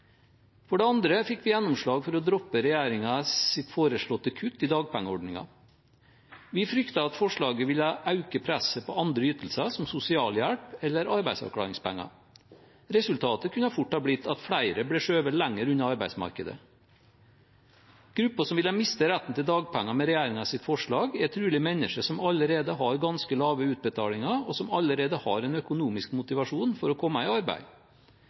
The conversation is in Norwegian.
For det andre fikk vi gjennomslag for å droppe regjeringens foreslåtte kutt i dagpengeordningen. Vi fryktet at forslaget ville øke presset på andre ytelser, som sosialhjelp eller arbeidsavklaringspenger. Resultatet kunne fort ha blitt at flere ble skjøvet lenger unna arbeidsmarkedet. Gruppen som ville mistet retten til dagpenger med regjeringens forslag, er trolig mennesker som allerede har ganske lave utbetalinger, og som allerede har en økonomisk motivasjon for å komme i arbeid.